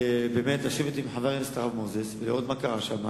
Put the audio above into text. באמת לשבת עם חבר הכנסת הרב מוזס ולראות מה קרה שם,